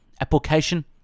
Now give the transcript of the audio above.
application